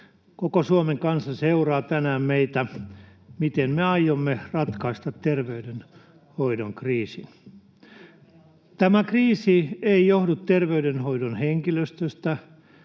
Koko Suomen kansa seuraa tänään meitä, miten me aiomme ratkaista terveydenhoidon kriisin. Tämä kriisi ei johdu terveydenhoidon henkilöstöstä,